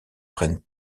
prennent